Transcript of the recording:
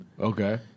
Okay